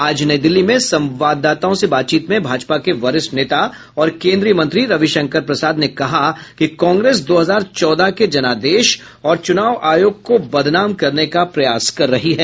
आज नई दिल्ली में संवाददाताओं से बातचीत में भाजपा के वरिष्ठ नेता और केन्द्रीय मंत्री रविशंकर प्रसाद ने कहा है कि कांग्रेस दो हजार चौदह के जनादेश और चुनाव आयोग को बदनाम करने का प्रयास कर रही है